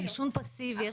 בעישון פסיבי.